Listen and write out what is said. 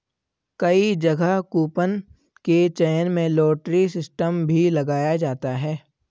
कई जगह कूपन के चयन में लॉटरी सिस्टम भी लगाया जाता है